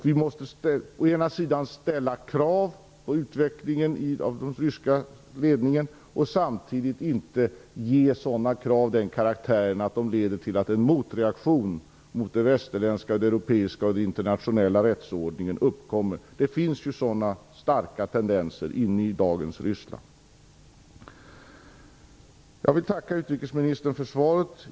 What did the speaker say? Vi måste å ena sidan ställa krav på utvecklingen av den ryska ledningen och å andra sidan inte ge sådana krav den karaktären att de leder till att en motreaktion mot den västerländska, den europeiska och den internationella rättsordningen uppkommer. Det finns ju sådana starka tendenser inne i dagens Ryssland. Jag vill tacka utrikesministern för svaret.